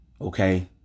okay